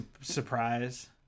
surprise